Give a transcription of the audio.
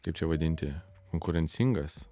kaip čia vadinti konkurencingas